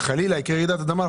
חלילה יקרה רעידת אדמה,